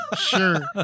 sure